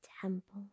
temple